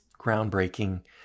groundbreaking